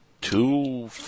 two